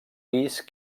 pis